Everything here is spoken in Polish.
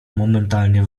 momentalnie